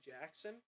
Jackson